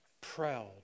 proud